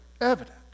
evident